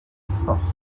wythnos